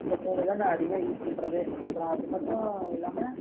இந்த மூணுதான் நான் அதிகமாக யூஸ் பண்ணுறது அப்புறம் அது மட்டும் இல்லாமல்